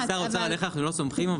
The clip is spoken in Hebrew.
--- שר האוצר עליך אנחנו לא סומכים.